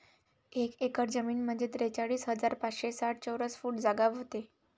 एक एकर जमीन म्हंजे त्रेचाळीस हजार पाचशे साठ चौरस फूट जागा व्हते